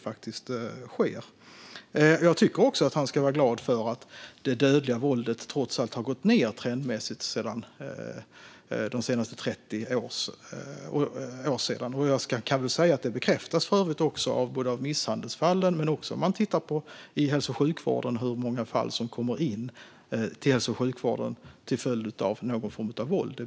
Jag tycker också att han ska vara glad för att det dödliga våldet trots allt har gått ned trendmässigt de senaste 30 åren. Den bilden bekräftas för övrigt av antalet misshandelsfall men också av hur många fall som kommer in till hälso och sjukvården till följd av någon form av våld.